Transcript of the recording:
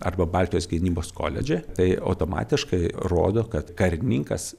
arba baltijos gynybos koledže tai automatiškai rodo kad karininkas